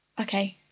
Okay